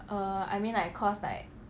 err I mean like cause like